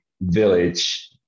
village